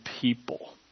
people